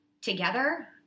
together